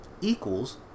equals